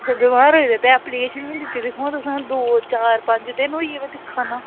अच्छा बमार होई एह्दे ते एप्लीकेशन बी नी दित्ती दी तुसें दो चार पंज दिन होइये में दिक्खा ना